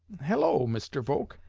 hello, mr. volk!